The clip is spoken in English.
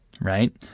right